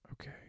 okay